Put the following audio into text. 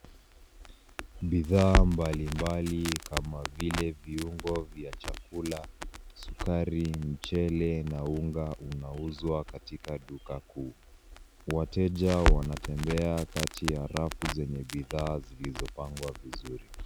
Bidhaa mbalimbali kama vile viungo vya chakula, sukari, mchele na unga unauzwa katila duka kuu. Wateja wanatembea kati ya rafu zenye bidhaa zilizopangwa vizuri.